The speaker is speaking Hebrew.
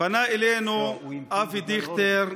פנה אלינו אבי דיכטר ואמר: